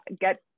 get